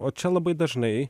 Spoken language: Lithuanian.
o čia labai dažnai